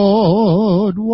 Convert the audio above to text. Lord